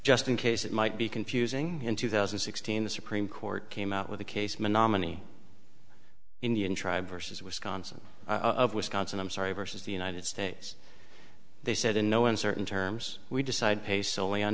just in case it might be confusing in two thousand and sixteen the supreme court came out with a case menominee indian tribe versus wisconsin of wisconsin i'm sorry versus the united states they said in no uncertain terms we decide pay soley on